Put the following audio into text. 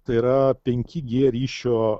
tai yra penki g ryšio